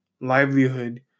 livelihood